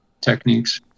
techniques